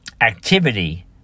activity